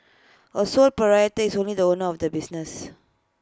A sole proprietor is only the owner of the business